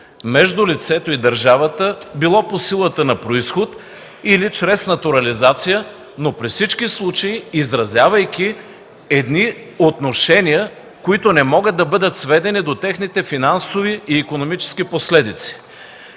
между лицето и държавата – било по силата на произход или чрез натурализация, но при всички случаи, изразявайки едни отношения, които не могат да бъдат сведени до техните финансови и икономически последици.